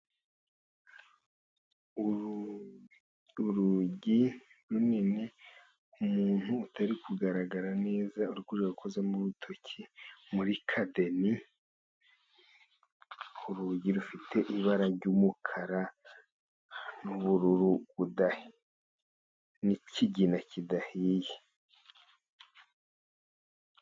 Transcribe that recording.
Uru ni urugi runini, umuntu utari kugaragara neza, uri kurukozamo urutoki muri kadeni, urugi rufite ibara ry'umukara n'ubururu n'ikigina kidahiye.